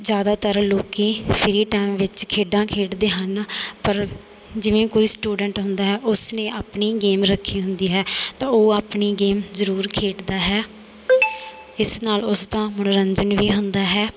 ਜ਼ਿਆਦਾਤਰ ਲੋਕ free time ਵਿੱਚ ਖੇਡਾਂ ਖੇਡਦੇ ਹਨ ਪਰ ਜਿਵੇਂ ਕੋਈ ਸਟੂਡੈਂਟ ਹੁੰਦਾ ਹੈ ਉਸਨੇ ਆਪਣੀ ਗੇਮ ਰੱਖੀ ਹੁੰਦੀ ਹੈ ਤਾਂ ਉਹ ਆਪਣੀ ਗੇਮ ਜ਼ਰੂਰ ਖੇਡਦਾ ਹੈ ਇਸ ਨਾਲ ਉਸਦਾ ਮਨੋਰੰਜਨ ਵੀ ਹੁੰਦਾ ਹੈ